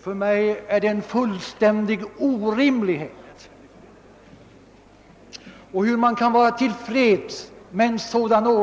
För mig ter det sig som en fullständigt orimlig ordning, och hur man kan vara till freds med